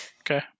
Okay